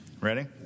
ready